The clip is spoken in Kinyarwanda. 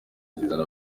zizana